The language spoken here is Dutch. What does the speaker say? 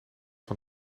van